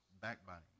backbiting